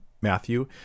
Matthew